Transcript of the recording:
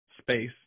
space